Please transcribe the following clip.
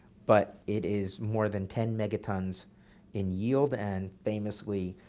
but it is more than ten megatons in yield, and famously,